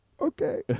okay